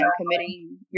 committing